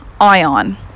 ion